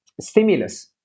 stimulus